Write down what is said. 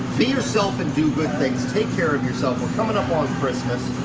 be yourself and do good things. take care of yourself. we're coming up on christmas.